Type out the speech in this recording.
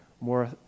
more